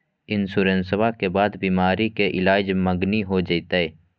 इंसोरेंसबा के बाद बीमारी के ईलाज मांगनी हो जयते?